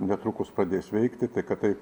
netrukus pradės veikti tai kad tai